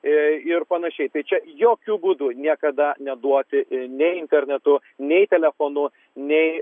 ir panašiai tai čia jokiu būdu niekada neduoti nei internetu nei telefonu nei